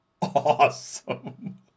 awesome